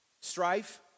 strife